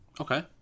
Okay